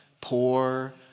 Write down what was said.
poor